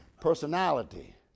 personality